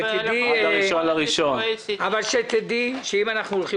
דעי שאם אנחנו הולכים